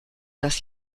das